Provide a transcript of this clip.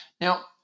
Now